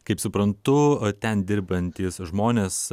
kaip suprantu ten dirbantys žmonės